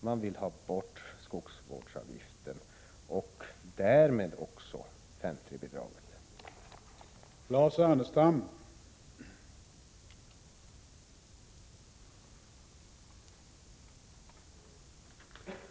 Man vill ha bort skogsvårdsavgiften och därmed också 5:3-bidraget.